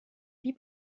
lui